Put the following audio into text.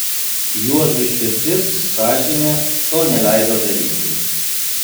juozui širdis sąžinė to neleido daryti